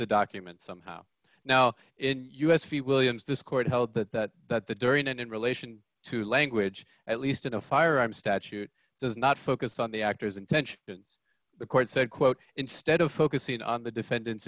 the documents somehow now in u s few williams this court held that that that the during and in relation to language at least in a firearm statute does not focus on the actor's intentions the court said quote instead of focusing on the defendant's